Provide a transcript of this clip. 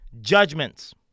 judgments